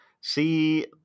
see